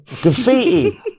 graffiti